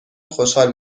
خوشحال